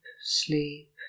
sleep